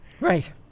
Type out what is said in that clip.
Right